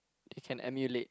it can emulate